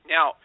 Now